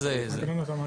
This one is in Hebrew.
אז, בסדר?